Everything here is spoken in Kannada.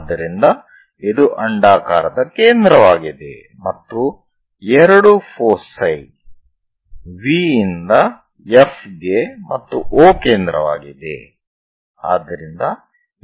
ಆದ್ದರಿಂದ ಇದು ಅಂಡಾಕಾರದ ಕೇಂದ್ರವಾಗಿದೆಮತ್ತು 2 ಫೋಸೈ V ಯಿಂದ F ಗೆ ಮತ್ತು O ಕೇಂದ್ರವಾಗಿದೆ